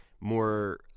more